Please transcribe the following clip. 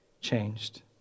changed